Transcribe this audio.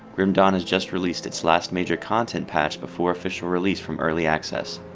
grim dawn has just released its last major content patch before official release from early access.